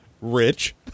rich